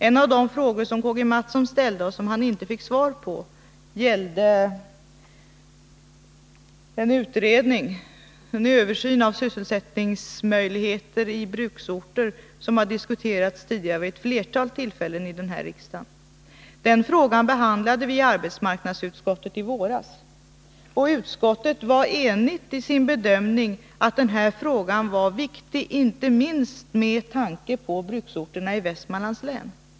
En av de frågor som Karl-Gustaf Mathsson ställde men inte fick svar på gällde en översyn av sysselsättningsmöjligheterna på bruksorter. Denna översyn har tidigare diskuterats vid ett flertal tillfällen i riksdagen, och frågan behandlade vi i arbetsmarknadsutskottet i våras. Utskottet var enigt i sin bedömning att denna fråga var viktig, inte minst med tanke på bruksorterna i Västmanlands län.